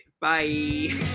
Bye